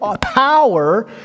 power